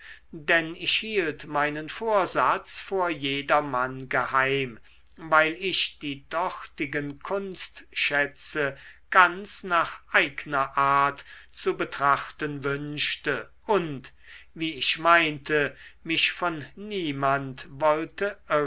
denn ich hielt meinen vorsatz vor jedermann geheim weil ich die dortigen kunstschätze ganz nach eigner art zu betrachten wünschte und wie ich meinte mich von niemand wollte